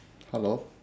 hello